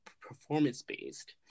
performance-based